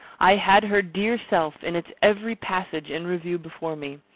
i had her dear self, in its every passage, in review before me.